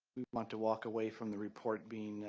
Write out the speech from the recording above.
we want to walk away from the report being